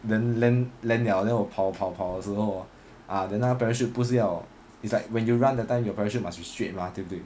then land land liao then 我跑跑跑的时候 then 那个 parachute 不是要 it's like when you run that time your pressure must be straight mah 对不对